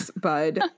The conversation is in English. bud